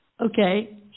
Okay